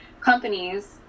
companies